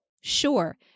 Sure